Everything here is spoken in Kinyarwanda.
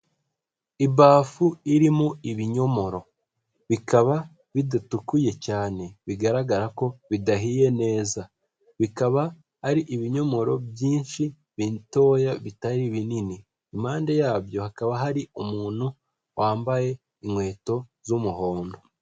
Ibafu irimo ibinyomoro, bikaba bidatukuye cyane, bigaragara ko bidahiye neza, bikaba ari ibinyomoro byinshi bitoya bitari binini, impande yabyo hakaba hari umuntu wambaye inkweto z'umuhondo.